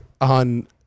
on